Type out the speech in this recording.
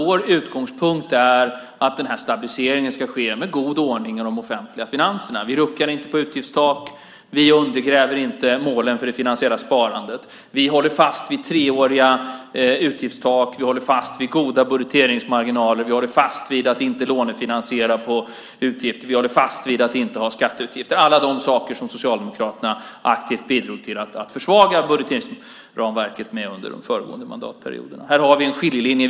Vår utgångspunkt är att denna stabilisering ska ske med god ordning i de offentliga finanserna. Vi ruckar inte på utgiftstak, vi undergräver inte målen för det finansiella sparandet, vi håller fast vid treåriga utgiftstak, vi håller fast vid goda budgeteringsmarginaler, vi håller fast vid att inte lånefinansiera på utgifter och vi håller fast vid att inte ha skatteutgifter. Allt detta är saker som Socialdemokraterna aktivt bidrog till att försvaga budgeteringsramverket med under de föregående mandatperioderna. Här har vi en skiljelinje.